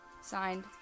Signed